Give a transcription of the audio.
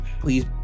Please